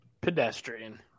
Pedestrian